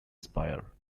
spire